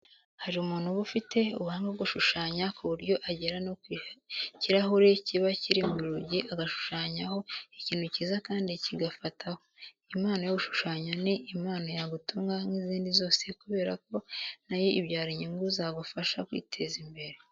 Hari umuntu uba ufite ubahanga bwo gushushanya ku buryo agera no ku kirahuri kiba kiri mu rugi agashushanyaho ikintu cyiza kandi kigafataho. Impano yo gushushanya ni impano yagutunga nk'izindi zose kubera ko na yo ibyara inyungu zagufasha kwiteza imbere.